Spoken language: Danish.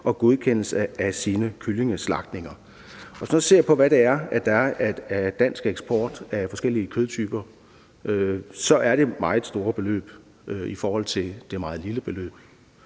og godkendelse af sine kyllingeslagtninger. Og hvis man ser på, hvad der er af dansk eksport af forskellige kødtyper, så er det meget store beløb i forhold til det meget lille beløb,